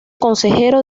consejero